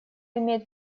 имеет